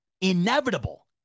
inevitable